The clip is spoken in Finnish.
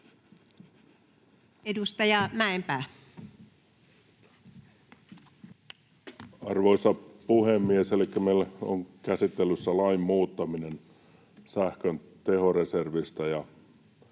Edustaja Mäenpää. Arvoisa puhemies! Elikkä meillä on käsittelyssä lain muuttaminen sähkön tehoreservistä. Ja